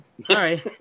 Sorry